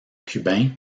cubains